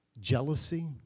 jealousy